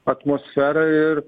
atmosferą ir